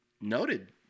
Noted